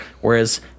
whereas